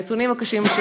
הנתונים הקשים,